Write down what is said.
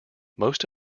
most